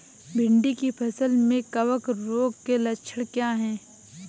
भिंडी की फसल में कवक रोग के लक्षण क्या है?